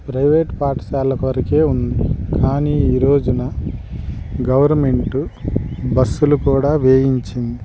private పాఠశాల వరకే ఉంది కానీ ఈరోజున గవర్నమెంటు బస్సులు కూడా వేయించింది